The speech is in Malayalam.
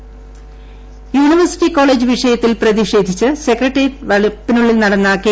യു പ്രതിഷേധം യൂണിവേഴ്സിറ്റി കോളേജ് വിഷയത്തിൽ പ്രതിഷേധിച്ച് സെക്രട്ടേറിയറ്റ് വളപ്പിനുള്ളിൽ കടന്ന കെ